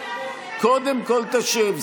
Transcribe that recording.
קודם כול תשב.